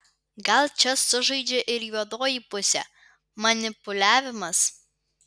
gal čia sužaidžia ir juodoji pusė manipuliavimas